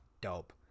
dope